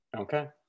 Okay